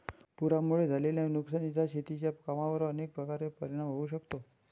पुरामुळे झालेल्या नुकसानीचा शेतीच्या कामांवर अनेक प्रकारे परिणाम होऊ शकतो